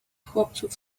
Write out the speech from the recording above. chłopców